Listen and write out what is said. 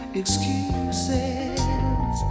excuses